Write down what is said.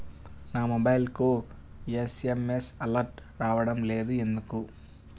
నా మొబైల్కు SMS alerts రావడం లేదు ఎందుకు?